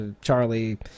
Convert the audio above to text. Charlie